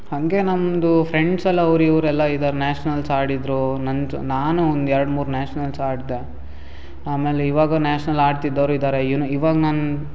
ಹಾಗೆ ನಮ್ಮದು ಫ್ರೆಂಡ್ಸ್ ಎಲ್ಲ ಅವ್ರು ಇವ್ರು ಎಲ್ಲ ಇದಾರೆ ನ್ಯಾಷ್ನಲ್ಸ್ ಆಡಿದರು ನಂತು ನಾನು ಒಂದು ಎರಡು ಮೂರು ನ್ಯಾಷ್ನಲ್ಸ್ ಆಡಿದೆ ಆಮೇಲೆ ಇವಾಗ ನ್ಯಾಷ್ನಲ್ ಆಡ್ತಿದ್ದವರು ಇದ್ದಾರೆ ಇವ್ನು ಇವಾಗ ನನ್ನ